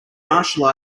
martial